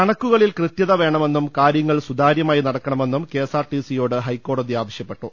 കണക്കുകളിൽ കൃത്യത വേണമെന്നും കാര്യങ്ങൾ സുതാര്യ മായി നടക്കണമെന്നും കെഎസ്ആർടിസിയോട് ഹൈക്കോടതി ആവശ്യപ്പെട്ടു